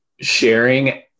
sharing